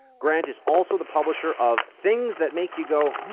grant is also the publisher of things that make you go